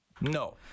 No